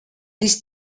this